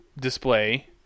display